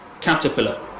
caterpillar